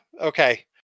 okay